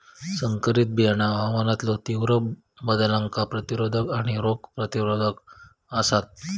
संकरित बियाणा हवामानातलो तीव्र बदलांका प्रतिरोधक आणि रोग प्रतिरोधक आसात